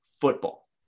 football